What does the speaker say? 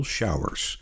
Showers